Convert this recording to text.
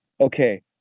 okay